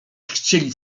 chcieli